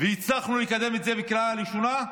הצלחנו לקדם את זה לקריאה ראשונה.